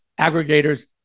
aggregators